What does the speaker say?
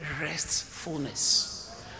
restfulness